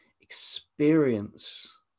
experience